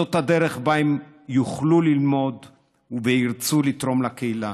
זאת הדרך שבה הם יוכלו ללמוד וירצו לתרום לקהילה.